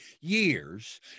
years